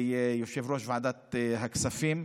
ליושב-ראש ועדת הכספים,